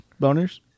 boners